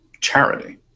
charity